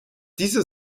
diese